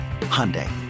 Hyundai